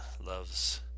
loves